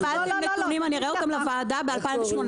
קיבלתם נתונים אראה אותם לוועדה ב-2018.